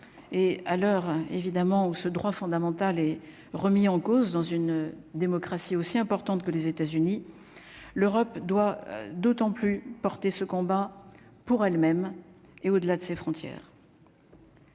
et à l'heure, évidemment, où ce droit fondamental est remis en cause dans une démocratie aussi importantes que les États-Unis, l'Europe doit d'autant plus porter ce combat pour elles-mêmes et, au-delà de ses frontières.